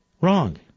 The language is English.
Wrong